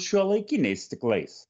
šiuolaikiniais stiklais